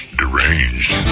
deranged